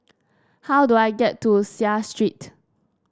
how do I get to Seah Street